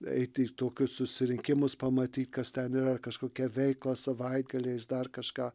eiti į tokius susirinkimus pamatyt kas ten yra ar kažkokią veiklą savaitgaliais dar kažką